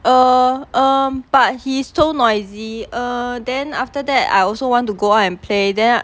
err um but he so noisy err then after that I also want to go out and play then I'll